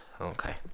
Okay